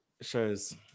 Shows